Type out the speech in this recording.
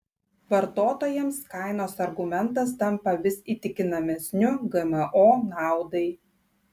vartotojams kainos argumentas tampa vis įtikinamesniu gmo naudai